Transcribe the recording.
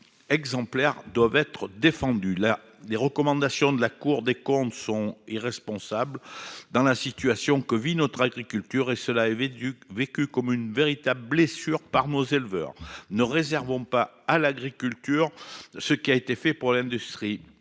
exemplaires et doivent être défendus. Les recommandations de la Cour des comptes sont irresponsables dans la situation que vit notre agriculture. Cela est vécu comme une véritable blessure par nos éleveurs. Ne réservons pas à l'agriculture le traitement infligé à l'industrie